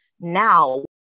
now